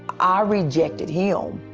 ah rejected him.